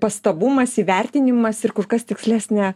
pastabumas įvertinimas ir kur kas tikslesnė